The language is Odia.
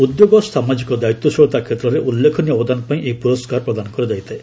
ଉଦ୍ୟୋଗ ସାମାଜିକ ଦାୟିତ୍ୱଶୀଳତା କ୍ଷେତ୍ରରେ ଉଲ୍ଲ୍ଜେଖନୀୟ ଅବଦାନ ପାଇଁ ଏହି ପୁରସ୍କାର ପ୍ରଦାନ କରାଯାଇଥାଏ